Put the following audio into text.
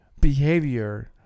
behavior